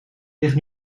ligt